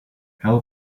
how